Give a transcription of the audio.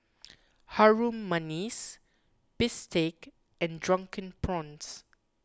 Harum Manis Bistake and Drunken Prawns